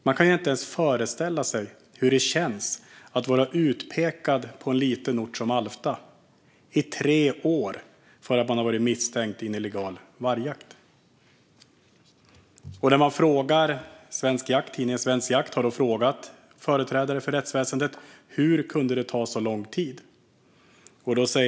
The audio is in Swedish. Man kan inte ens föreställa sig hur det känns att vara utpekad på en liten ort som Alfta i tre år för att man har varit misstänkt i en illegal vargjakt. Tidningen Svensk Jakt har frågat företrädare för rättsväsendet: Hur kunde det ta så lång tid?